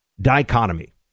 dichotomy